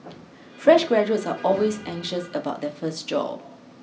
fresh graduates are always anxious about their first job